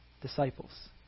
Disciples